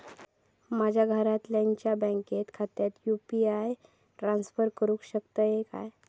माझ्या घरातल्याच्या बँक खात्यात यू.पी.आय ट्रान्स्फर करुक शकतय काय?